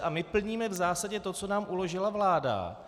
A my plníme v zásadě to, co nám uložila vláda.